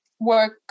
work